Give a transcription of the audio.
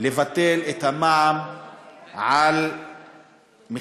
לבטל את המע"מ על המים,